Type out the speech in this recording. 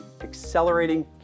accelerating